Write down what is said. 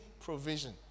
provision